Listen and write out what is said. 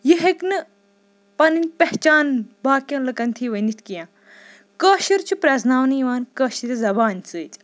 یہِ ہٮ۪کہِ نہٕ پَنٕنۍ پیٚہچان باقین لُکن تھی ؤنِتھ کیٛنہہ کٲشِر چھ پرٮ۪زناونہٕ یِوان کٲشِرِ زَبانہِ سۭتۍ